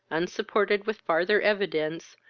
unsupported with farther evidence,